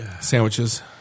Sandwiches